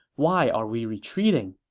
why are we retreating?